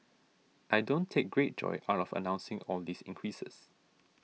I don't take great joy out of announcing all these increases